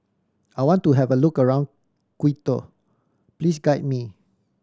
I want to have a look around Quito please guide me